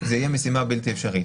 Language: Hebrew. זה יהיה משימה בלתי אפשרית.